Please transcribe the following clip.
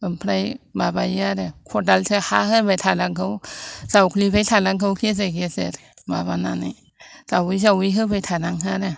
ओमफ्राय माबायो आरो खदालजों हा होबाय थानांगौ जावग्लिबाय थानांगौ गेजेर गेजेर माबानानै जावै जावै होबाय थानांगौ आरो